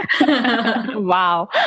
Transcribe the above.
wow